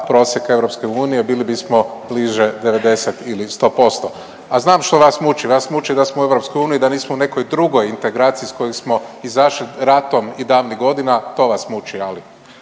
prosjeka EU, bili bismo bliže 90 ili 100%. A znam što vas muči, vas muči da smo u EU da nismo u nekoj drugoj integracijski s kojim smo izašli ratom i davnih godina, to vas muči, ali